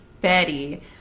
Betty